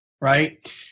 right